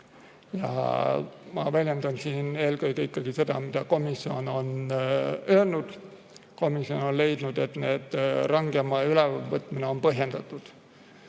ja ma väljendan eelkõige seda, mida komisjon on öelnud. Komisjon on leidnud, et rangem ülevõtmine on põhjendatud.